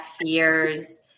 fears